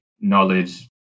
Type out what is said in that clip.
knowledge